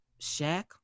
Shaq